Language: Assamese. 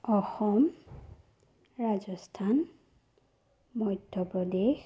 অসম ৰাজস্থান মধ্যপ্ৰদেশ